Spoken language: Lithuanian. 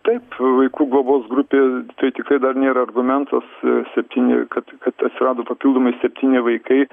taip vaikų globos grupė tai tikrai dar nėra argumentas septyni kad kad atsirado papildomai septyni vaikai